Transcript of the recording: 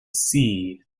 sea